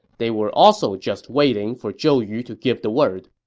they were also just waiting for zhou yu to give the word